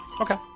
Okay